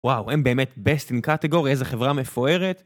וואו, הן באמת בסט אין קטגור, איזו חברה מפוארת.